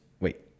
wait